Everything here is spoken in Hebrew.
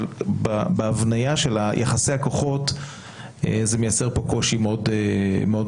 אבל בהבניה של יחסי הכוחות זה מייצר פה קושי מאוד מורכב.